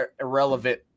irrelevant